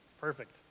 perfect